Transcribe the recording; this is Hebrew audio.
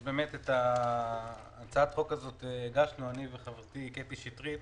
את הצעת החוק הזאת הגשנו אני וחברתי קטי שטרית,